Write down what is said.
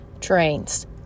trains